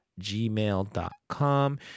gmail.com